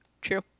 True